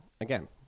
again